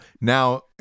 Now